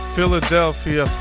Philadelphia